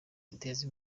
ateze